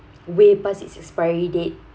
way past its expiry date